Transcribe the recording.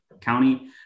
county